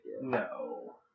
No